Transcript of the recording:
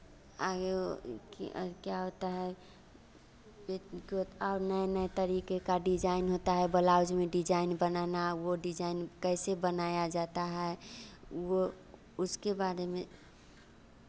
आगे वो कि क्या होता है और नए नए तरीके का डिज़ाइन होता है ब्लाउज़ में डिज़ाइन बनाना वो डिज़ाइन कैसे बनाया जाता है वो उसके बारे में